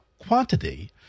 quantity